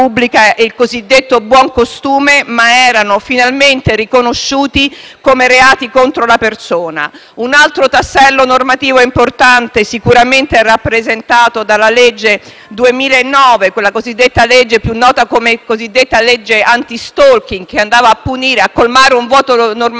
e il cosiddetto buon costume, ma erano finalmente riconosciuti come reati contro la persona. Un altro tassello normativo importante è sicuramente rappresentato dalla legge del 2009, più nota come cosiddetta legge anti-*stalking*, che andava a colmare un vuoto normativo